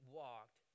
walked